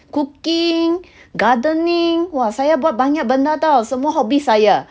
cooking gardening !wah! saya buat banyak benda tahu semua hobby saya